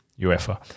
UEFA